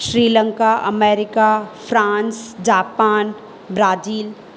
Sri Lanka America France Japan Brazil